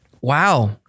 Wow